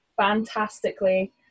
fantastically